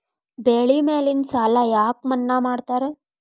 ಬೆಳಿ ಮ್ಯಾಗಿನ ಸಾಲ ಯಾಕ ಮನ್ನಾ ಮಾಡ್ತಾರ?